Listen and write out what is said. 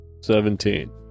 Seventeen